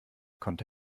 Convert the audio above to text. konnte